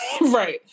right